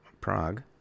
Prague